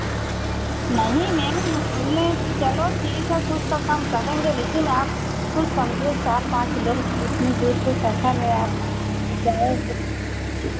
नहीं मैम हमने चलो ठीक है कुछ तो कम करेंगे लेकिन आप कुछ समझो चार पाँच लोग हैं इतनी दूर काे सफ़र है आप जाओगे